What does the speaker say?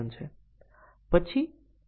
ચાલો હવે path testing જોઈએ